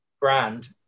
brand